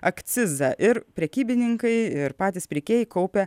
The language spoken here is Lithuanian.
akcizą ir prekybininkai ir patys pirkėjai kaupia